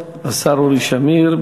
השר יאיר שמיר,